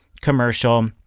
commercial